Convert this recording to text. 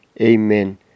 Amen